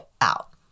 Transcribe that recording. out